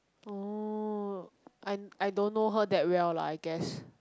oh I I don't know her that well lah I guess